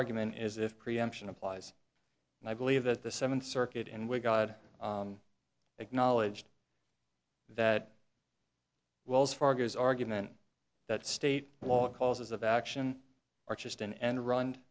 argument is if preemption applies and i believe that the seventh circuit and we god acknowledged that wells fargo's argument that state law causes of action or just an end run